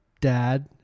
dad